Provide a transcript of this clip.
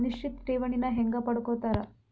ನಿಶ್ಚಿತ್ ಠೇವಣಿನ ಹೆಂಗ ಪಡ್ಕೋತಾರ